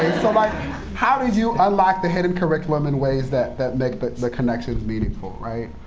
so but how did you unlock the hidden curriculum in ways that that make but the connection meaningful?